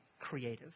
creative